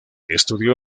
estudió